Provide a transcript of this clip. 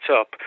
up